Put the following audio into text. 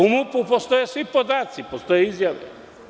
U MUP postoje svi podaci, postoje izjave.